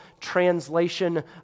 translation